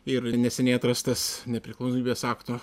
ir neseniai atrastas nepriklausomybės akto